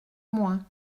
moins